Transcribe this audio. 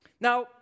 Now